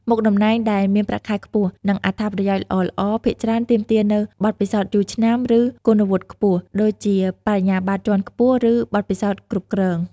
មុខតំណែងដែលមានប្រាក់ខែខ្ពស់ និងអត្ថប្រយោជន៍ល្អៗភាគច្រើនទាមទារនូវបទពិសោធន៍យូរឆ្នាំ ឬគុណវុឌ្ឍិខ្ពស់ ដូចជាបរិញ្ញាបត្រជាន់ខ្ពស់ ឬបទពិសោធន៍គ្រប់គ្រង។